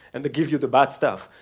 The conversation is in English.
and they give you the bad stuff.